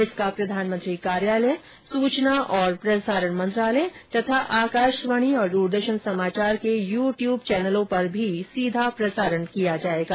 इसका प्रधानमंत्री कार्यालय सूचना और प्रसारण मंत्रालय तथा आकाशवाणी और दूरदर्शन समाचार के यू ट्यूब चैनलों पर भी सीधा प्रसारण किया जाएगा